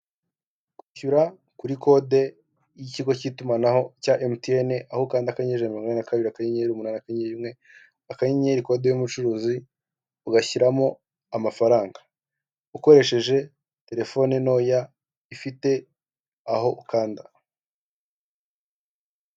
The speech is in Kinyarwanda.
Kwishyura kuri kode y'ikigo cy'itumanaho cya Emutiyene, aho ukanda akanyenyeri ijana na mirongo inani na kabiri, akanyenyeri umunani, akanyenyeri rimwe, akanyenyeri kode y'umucuruzi ugashyiramo amafaranga ukoresheje telefone ntoya ifite aho ukanda.